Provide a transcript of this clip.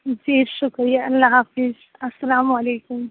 جی شکریہ اللہ حافظ السّلام علیکم